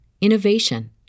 innovation